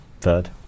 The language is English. third